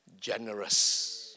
generous